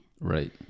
Right